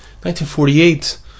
1948